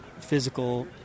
physical